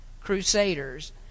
crusaders